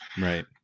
Right